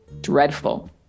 Dreadful